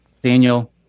Daniel